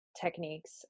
techniques